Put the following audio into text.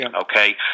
Okay